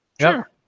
Sure